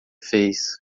fez